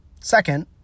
Second